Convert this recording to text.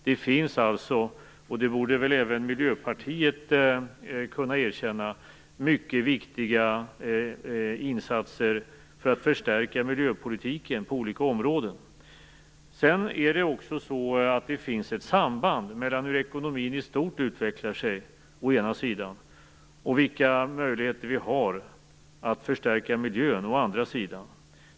Det finns alltså, och det borde väl även Miljöpartiet kunna erkänna, mycket viktiga insatser för att förstärka miljöpolitiken på olika områden. Det finns också ett samband mellan å ena sidan hur ekonomin i stort utvecklar sig och å andra sidan vilka möjligheter vi har för att förstärka i fråga om miljön.